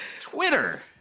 Twitter